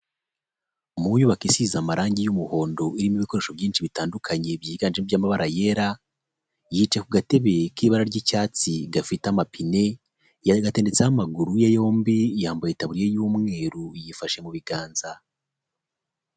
Mu nyubako isize amarangi y'umuhondo, irimo ibikoresho byinshi bitandukanye byiganje by'amabara yera, yicaye ku gatebe k'ibara ry'icyatsi gafite amapine, yanaganitseho amaguru ye yombi, yambaye itabuye y'umweru, yifashe mu biganza.